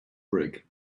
brick